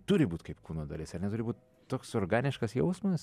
turi būt kaip kūno dalis ar ne turi būt toks organiškas jausmas